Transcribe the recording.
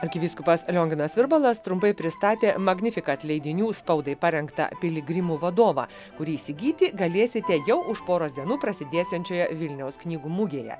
arkivyskupas lionginas virbalas trumpai pristatė magnifikat leidinių spaudai parengtą piligrimų vadovą kurį įsigyti galėsite jau už poros dienų prasidėsiančioje vilniaus knygų mugėje